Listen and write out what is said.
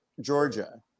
Georgia